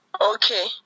okay